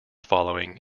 following